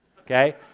Okay